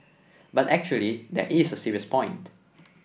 but actually there is a serious point